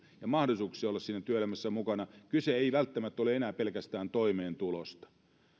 ja mahdollisuuksia olla työelämässä mukana kyse ei välttämättä ole enää pelkästään toimeentulosta